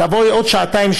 תבואי בעוד שעתיים,